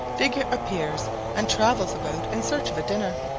digger appears and travels about in search of a dinner.